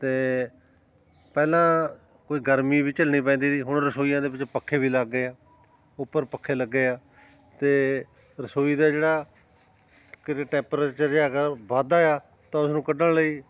ਅਤੇ ਪਹਿਲਾਂ ਕੋਈ ਗਰਮੀ ਵੀ ਝੱਲਣੀ ਪੈਂਦੀ ਸੀ ਹੁਣ ਰਸੋਈਆਂ ਦੇ ਵਿੱਚ ਪੱਖੇ ਵੀ ਲੱਗ ਗਏ ਆ ਉੱਪਰ ਪੱਖੇ ਲੱਗੇ ਆ ਅਤੇ ਰਸੋਈ ਦਾ ਜਿਹੜਾ ਕਿਤੇ ਟੈਪਰੇਚਰ ਜੇ ਅਗਰ ਵਧਦਾ ਆ ਤਾਂ ਉਸਨੂੰ ਕੱਢਣ ਲਈ